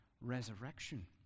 resurrection